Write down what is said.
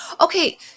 Okay